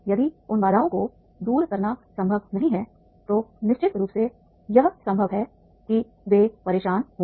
यदि उन बाधाओं को दूर करना संभव नहीं है तो निश्चित रूप से यह संभव है कि वे परेशान हों